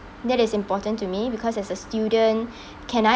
that is important to me because as a student can I